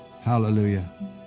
hallelujah